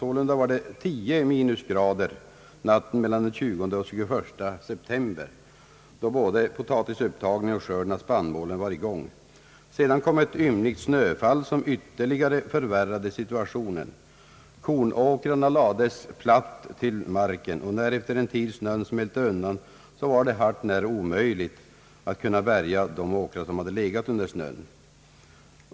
Sålunda var det 10 minusgrader natten mellan den 20 och 21 september, då både potatisupptagningen och skörden av spannmålen var i gång. Sedan kom ett ymnigt snöfall som ytterligare förvärrade situationen. Kornåkrarna lades i många fall platt till marken. När efter en tid snön smälte undan, var det hart när omöjligt att kunna bärga skörden på de åkrar som hade legat under snön.